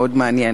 הוא מאוד מעניין.